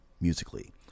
musically